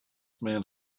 man